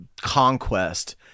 conquest